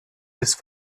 ist